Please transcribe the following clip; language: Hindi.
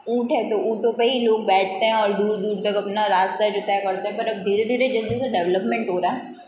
ऊँट है तो ऊँटों पे ही लोग बैठते हैं और दूर दूर तक अपना रास्ता जो तय करते हैं पर अब धीरे धीरे जैसे जैसे डेवलपमेंन्ट हो रहा है